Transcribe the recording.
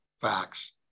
facts